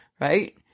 right